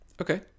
Okay